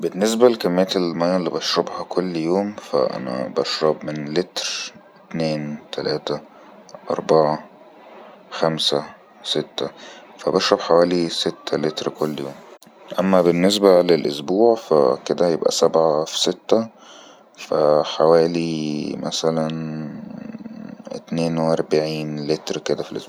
بالنسبة لكميت الماء اللي بشربها كل يوم فأنا بشرب من لتر اتنين تلاته اربعه خمسه سته فبشرب حوالي سته لتر كل يوم أما بالنسبة للإسبوع فكدا هي بقى سبعه في سته فحوالي مثلا اتنين واربعين لتر لتر كدا في لتر